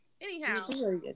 Anyhow